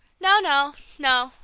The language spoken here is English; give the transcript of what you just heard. no no no!